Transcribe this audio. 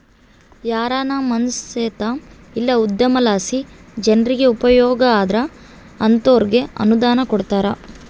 ಯಾರಾನ ಮನ್ಸೇತ ಇಲ್ಲ ಉದ್ಯಮಲಾಸಿ ಜನ್ರಿಗೆ ಉಪಯೋಗ ಆದ್ರ ಅಂತೋರ್ಗೆ ಅನುದಾನ ಕೊಡ್ತಾರ